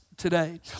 today